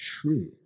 true